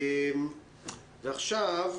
ועכשיו,